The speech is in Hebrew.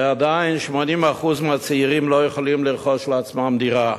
ועדיין 80% מהצעירים לא יכולים לרכוש לעצמם דירה.